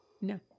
No